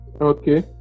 Okay